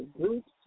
groups